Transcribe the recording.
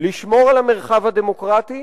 לשמור על המרחב הדמוקרטי,